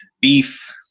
beef